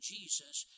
Jesus